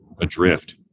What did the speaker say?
adrift